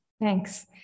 Thanks